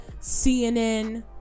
CNN